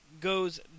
goes